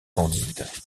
candide